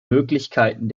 möglichkeiten